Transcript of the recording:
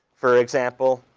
for example?